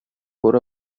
for